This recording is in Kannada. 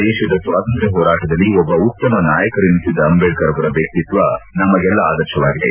ದೇಶದ ಸ್ವಾತಂತ್ರ್ನ ಹೋರಾಟದಲ್ಲಿ ಒಬ್ಲ ಉತ್ತಮ ನಾಯಕರೆನಿಸಿದ್ದ ಅಂದೇಢರ್ ಅವರ ವ್ಯಕ್ತಿತ್ವ ನಮಗೆಲ್ಲಾ ಆದರ್ಶವಾಗಿದೆ